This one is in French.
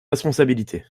responsabilités